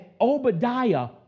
Obadiah